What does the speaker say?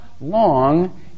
long